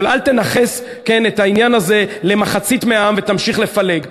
אבל אל תנכס את העניין הזה למחצית מהעם ותמשיך לפלג.